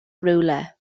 rhywle